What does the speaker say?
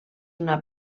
una